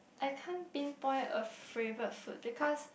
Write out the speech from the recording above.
I can't pinpoint a favorite food because